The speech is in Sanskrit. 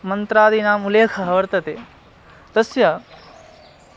मन्त्रादीनाम् उल्लेखः वर्तते तस्य